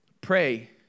pray